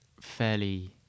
fairly